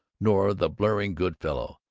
nor the blaring good fellow,